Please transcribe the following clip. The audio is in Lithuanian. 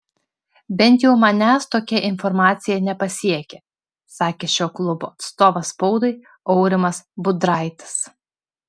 bent jau manęs tokia informacija nepasiekė sakė šio klubo atstovas spaudai aurimas budraitis